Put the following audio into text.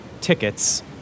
tickets